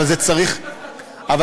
הם לא מכירים בסטטוס-קוו.